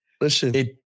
listen